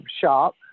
shop